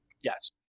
Yes